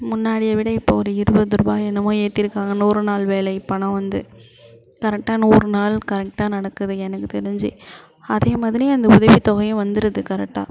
முன்னாடி விட இப்போ ஒரு இருபது ருபாய் என்னமோ ஏத்திருக்காங்க நூறு நாள் வேலை பணம் வந்து கரெட்டாக நூறு நாள் கரெக்டாக நடக்குது எனக்கு தெரிஞ்சு அதே மாதிரி அந்த உதவித்தொகையும் வந்துடுது கரெட்டாக